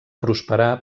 prosperar